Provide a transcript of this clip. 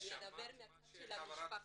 ואני אדבר מהצד של המשפחות.